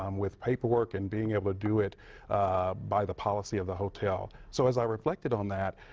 um with paperwork and being able to do it by the policy of the hotel, so as i reflected on that,